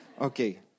okay